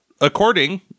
according